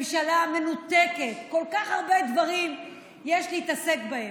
ממשלה מנותקת, כל כך הרבה דברים שיש להתעסק בהם,